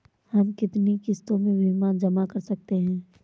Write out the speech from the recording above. हम कितनी किश्तों में बीमा जमा कर सकते हैं?